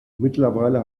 mittlerweile